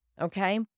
okay